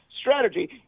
strategy